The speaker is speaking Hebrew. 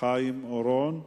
חיים אורון.